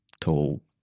tall